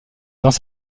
dans